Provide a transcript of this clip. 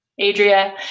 Adria